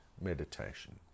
meditation